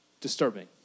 Disturbing